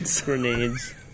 Grenades